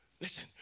Listen